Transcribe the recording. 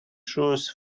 shoes